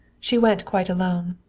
she went quite alone.